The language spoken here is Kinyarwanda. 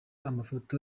amafoto